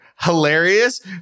hilarious